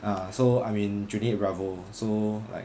ah so I'm in twenty eight bravo so like